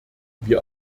wir